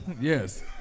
yes